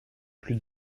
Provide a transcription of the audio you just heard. plus